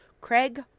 Craig